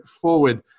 Forward